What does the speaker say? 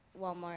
Walmart